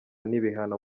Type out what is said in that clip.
n’ibihano